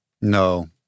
No